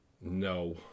no